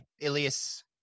Ilias